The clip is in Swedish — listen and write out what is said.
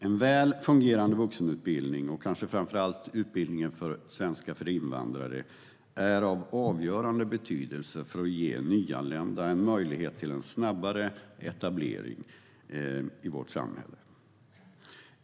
En väl fungerande vuxenutbildning och kanske framför allt utbildningen svenska för invandrare är av avgörande betydelse för att ge nyanlända möjlighet till snabbare etablering i vårt samhälle.